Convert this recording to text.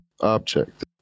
object